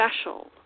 special